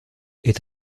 est